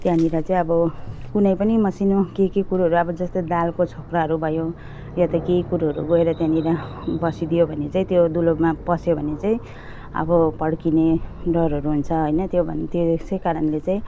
त्यहाँनिर चाहिँ अब कुनै पनि मसिनो के के कुरोहरू अब जस्तो दालको छोक्राहरू भयो या त केही कुरोहरू गएर त्यहाँनिर बसिदियो भने चाहिँ त्यो दुलोमा पस्यो भने चाहिँ अब पड्किने डरहरू हुन्छ होइन त्यो भने त्यसै कारणले चाहिँ